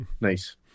Nice